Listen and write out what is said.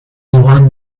one